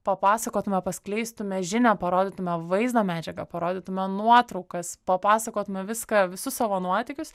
papasakotume paskleistume žinią parodytume vaizdo medžiagą parodytume nuotraukas papasakotume viską visus savo nuotykius